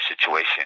situation